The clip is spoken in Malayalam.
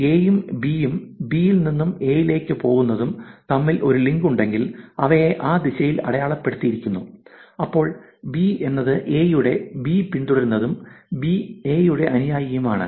A യും B യും B യിൽ നിന്നും A ലേക്ക് പോകുന്നതും തമ്മിൽ ഒരു ലിങ്ക് ഉണ്ടെങ്കിൽ അവയെ ആ ദിശയിൽ അടയാളപ്പെടുത്തിയിരിക്കുന്നു അപ്പോൾ B എന്നത് A യുടെ B പിന്തുടരുന്നതും B A യുടെ അനുയായിയുമാണ്